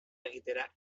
egitera